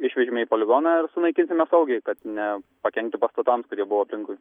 išvežėme į poligoną ir sunaikinsime saugiai kad ne pakenkti pastatams kurie buvo aplinkui